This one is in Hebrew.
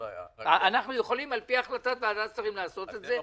אנחנו יכולים על פי החלטת שרים לעשות את זה.